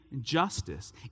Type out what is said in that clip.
justice